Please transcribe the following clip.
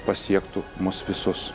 pasiektų mus visus